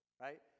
right